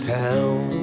town